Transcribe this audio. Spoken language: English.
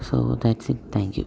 so that's it thank you